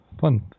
fun